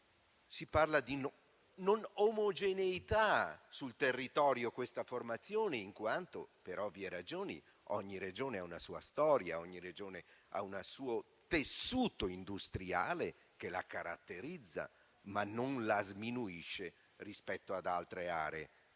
Si parla poi di disomogeneità sul territorio di questa formazione, in quanto, per ovvie ragioni, ogni Regione ha una sua storia e ogni Regione ha un suo tessuto industriale che la caratterizza, ma non la sminuisce rispetto ad altre aree